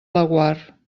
laguar